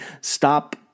stop